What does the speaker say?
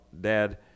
Dad